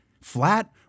flat